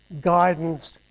guidance